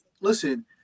listen